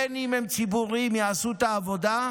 בין שהם ציבוריים, יעשו את העבודה,